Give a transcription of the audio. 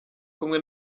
kumwe